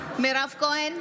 מירב כהן,